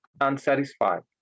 unsatisfied